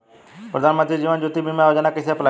प्रधानमंत्री जीवन ज्योति बीमा योजना कैसे अप्लाई करेम?